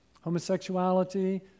homosexuality